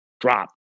drop